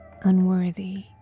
unworthy